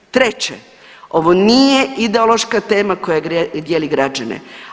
Treće, ovo nije ideološka tema koja dijeli građane.